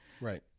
Right